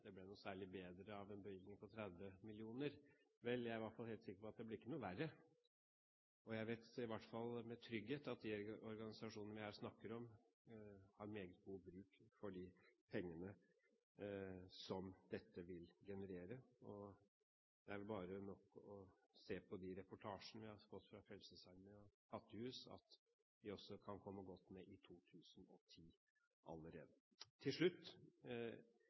30 mill. kr. Vel, jeg er i hvert fall helt sikker på at det ikke blir noe verre. Jeg vet med trygghet at i hvert fall de organisasjonene vi her snakker om, har meget god bruk for de pengene som dette vil generere. Det er vel nok å se på reportasjene fra Frelsesarmeen og Fattighuset for å se at de kan komme godt med allerede i 2010. Til slutt